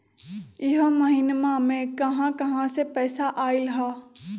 इह महिनमा मे कहा कहा से पैसा आईल ह?